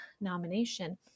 nomination